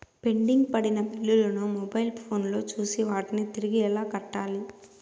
pending పడిన బిల్లులు ను మొబైల్ ఫోను లో చూసి వాటిని తిరిగి ఎలా కట్టాలి